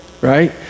right